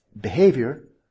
behavior